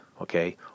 Okay